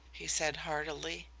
he said heartily.